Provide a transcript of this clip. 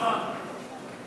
הרווחה והבריאות נתקבלה.